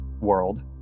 world